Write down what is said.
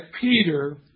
Peter